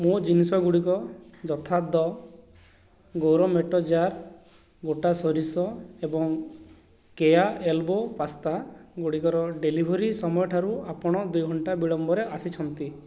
ମୋ ଜିନିଷ ଗୁଡ଼ିକ ଯଥା ଦ ଗୌରମେଟ ଜାର ଗୋଟା ସୋରିଷ ଏବଂ କେୟା ଏଲବୋ ପାସ୍ତା ଗୁଡ଼ିକର ଡେଲିଭରି ସମୟଠାରୁ ଆପଣ ଦୁଇ ଘଣ୍ଟା ବିଳମ୍ବରେ ଆସିଛନ୍ତି